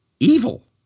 Evil